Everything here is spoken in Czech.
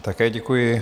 Také děkuji.